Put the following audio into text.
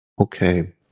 Okay